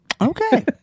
Okay